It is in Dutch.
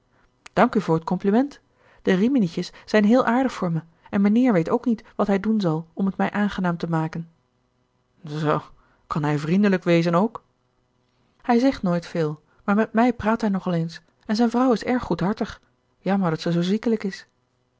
dank u voor t compliment de riminietjes zijn heel aardig voor me en mijnheer weet ook niet wat hij doen zal om het mij aangenaam te maken zoo kan hij vriendelijk wezen ook hij zegt nooit veel maar met mij praat hij nog al eens en zijn vrouw is erg goedhartig jammer dat ze zoo ziekelijk is